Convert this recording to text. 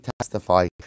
testify